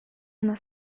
она